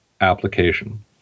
application